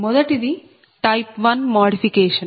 మొదటిది type 1 modification